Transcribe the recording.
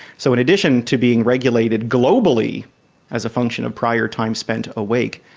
so in addition to being regulated globally as a function of prior time spent awake,